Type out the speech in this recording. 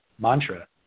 mantra